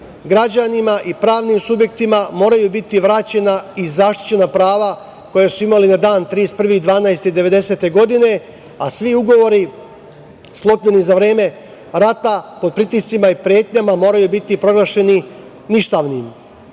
građanima i pravnim subjektima moraju biti vraćena i zaštićena prava koja su imali na dan 31. 12. 1990. godine, a svi ugovori sklopljeni za vreme rata, pod pritiscima i pretnjama, moraju biti proglašeni ništavnim. Hrvatska